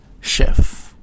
Chef